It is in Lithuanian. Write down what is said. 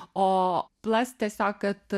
o plast tiesiog kad